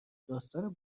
داستان